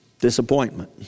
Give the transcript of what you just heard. Disappointment